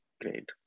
Great